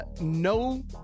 no